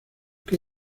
qué